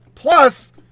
Plus